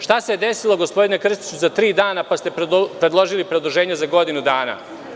Šta se desilo, gospodine Krstiću, za tri dana pa ste predložili produženje za godinu dana?